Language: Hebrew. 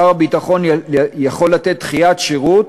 שר הביטחון יוכל לתת דחיית שירות,